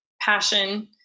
passion